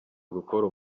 gukora